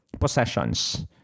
possessions